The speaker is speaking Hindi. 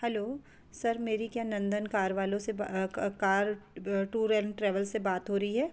हैलो सर मेरी क्या नंदन कार वालों से ब कार टूर एंड ट्रैवल से बात हो रही है